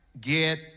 Get